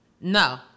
no